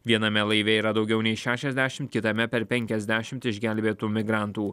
viename laive yra daugiau nei šešiasdešimt kitame per penkiasdešimt išgelbėtų migrantų